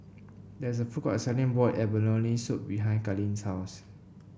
there is a food court selling Boiled Abalone Soup behind Kalene's house